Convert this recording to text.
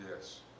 yes